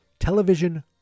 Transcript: Television